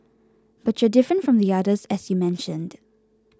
but you're different from the others as you mentioned